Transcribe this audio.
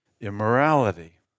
immorality